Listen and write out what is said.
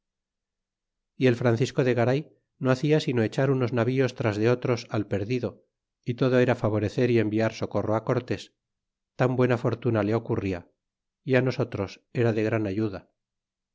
y el francisco de garay no hacia sino echar unos navios tras de otros al perdido y todo era favorecer y enviar socorro á cortés tan buena fortuna le ocurria y nosotros era de gran ayuda